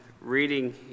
reading